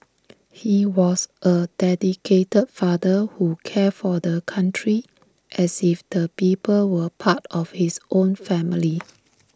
he was A dedicated father who cared for the country as if the people were part of his own family